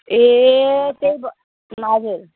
ए त्यही भयो हजुर